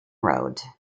road